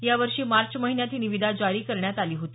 यावर्षी मार्च महिन्यात ही निविदा जारी करण्यात आली होती